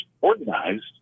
organized